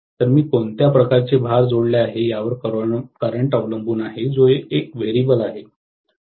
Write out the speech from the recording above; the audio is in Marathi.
तर मी कोणत्या प्रकारचे भार जोडले आहे यावर करंट अवलंबून आहे जो एक व्हेरिएबल आहे